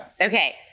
Okay